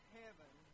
heaven